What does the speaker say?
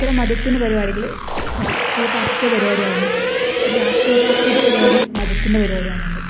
ചില മതത്തിന്റെ പരിപാടികൾ രാഷ്ട്രീയ പാർട്ടിയുടെ പരിപാടി ആവുന്നുണ്ട് ഒരു രാഷ്ട്രീയ പാർട്ടിയുടെ പരിപാടി മതത്തിന്റെ പരിപാടിയാവുന്നുണ്ട്